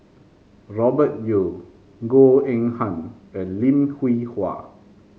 Robert Yeo Goh Eng Han and Lim Hwee Hua